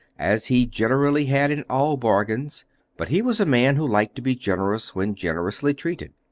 as he generally had in all bargains but he was a man who liked to be generous when generously treated.